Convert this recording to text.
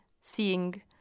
seeing